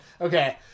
Okay